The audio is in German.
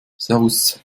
servus